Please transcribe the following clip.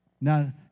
Now